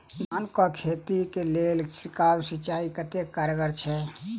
धान कऽ खेती लेल छिड़काव सिंचाई कतेक कारगर छै?